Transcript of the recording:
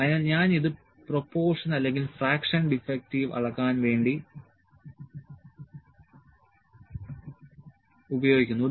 അതിനാൽ ഞാൻ ഇത് പ്രൊപോർഷൻ അല്ലെങ്കിൽ ഫ്രാക്ഷൻ ഡിഫക്റ്റീവ് അളക്കാൻ വേണ്ടി ഉപയോഗിക്കുന്നു